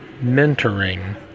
mentoring